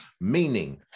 meaning